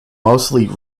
mostly